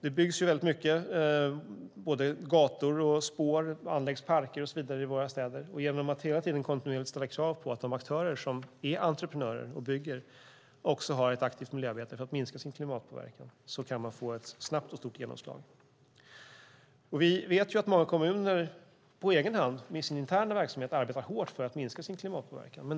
Det byggs väldigt mycket både gator och spår, det anläggs parker och så vidare i våra städer, och genom att hela tiden kontinuerligt ställa krav på att de aktörer som är entreprenörer och bygger också har ett aktivt miljöarbete för att minska sin klimatpåverkan kan man få ett snabbt och stort genomslag. Vi vet att många kommuner på egen hand i sin interna verksamhet arbetar hårt för att minska sin klimatpåverkan.